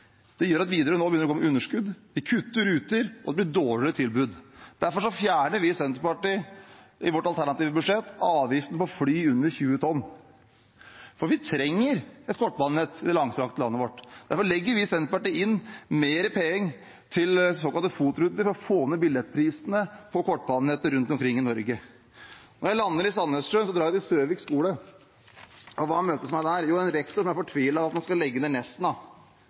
Det gjør at Widerøe nå begynner å gå med underskudd, de kutter ruter, og det blir dårligere tilbud. Derfor fjerner vi i Senterpartiet i vårt alternative budsjett avgiften på fly under 20 tonn. Vi trenger et kortbanenett i det langstrakte landet vårt, derfor legger vi i Senterpartiet inn mer penger til såkalte FOT-ruter for å få ned billettprisene på kortbanenettet rundt omkring i Norge. Når jeg lander i Sandnessjøen, drar jeg til Søvik skole. Hva møter meg der? Jo, en rektor som er fortvilet over at man skal legge ned Nesna og lærerutdanningen, for 90 pst av